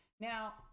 Now